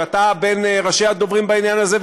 שאתה בין ראשי הדוברים בעניין הזה,